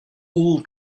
all